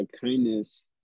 kindness